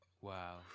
wow